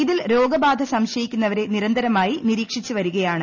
ഇതിൽ രോഗബാധ സംശയിക്കുന്നവരെ ്യനിരന്തരമായി നിരീക്ഷിച്ചു വരികയാണ്